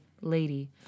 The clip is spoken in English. lady